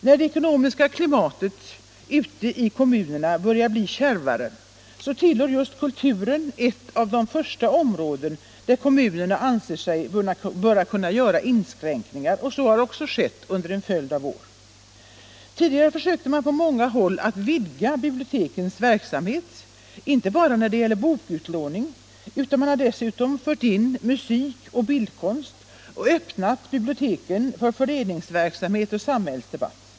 När det ekonomiska klimatet ute i kommunerna börjar bli kärvare, är just kulturen ett av de första områden där kommunerna anser sig kunna göra inskränkningar, och sådana inskränkningar har också gjorts under en följd av år. Tidigare försökte man på många håll vidga bibliotekens verksamhet. Det gällde inte bara bokutlåning, utan man har dessutom fört in musik och bildkonst och öppnat biblioteken för föreningsverksamhet och samhällsdebatt.